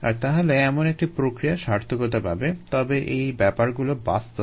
আর তাহলে এমন একটি প্রক্রিয়া সার্থকতা পাবে তবে এই ব্যাপারগুলো বাস্তব